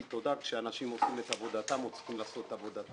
תודה כשאנשים עושים את עבודתם או צריכים לעשות את עבודתם.